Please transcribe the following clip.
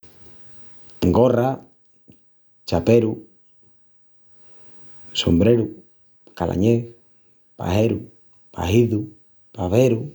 Gorra, chaperu, sombreru, calañés, pajeru, pajizu, paveru.